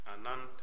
Ananta